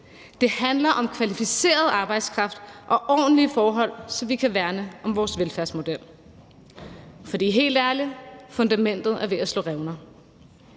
Det handler om kvalificeret arbejdskraft og ordentlige forhold, så vi kan værne om vores velfærdsmodel. For helt ærlig er fundamentet ved at slå revner.